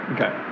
Okay